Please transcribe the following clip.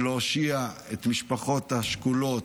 איך להושיע את המשפחות השכולות,